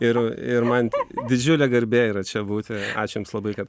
ir ir man didžiulė garbė yra čia būti ačiū jums labai kad